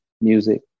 music